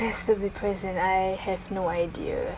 best birthday present I have no idea